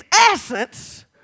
essence